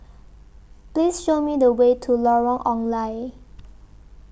Please Show Me The Way to Lorong Ong Lye